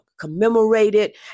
Commemorated